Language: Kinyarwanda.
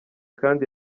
kandi